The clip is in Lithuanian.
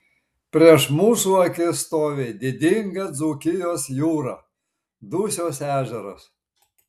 prieš mūsų akis stovi didinga dzūkijos jūra dusios ežeras